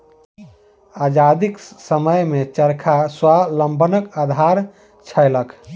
आजादीक समयमे चरखा स्वावलंबनक आधार छलैक